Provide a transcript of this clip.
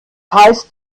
heißt